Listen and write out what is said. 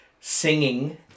singing